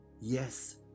yes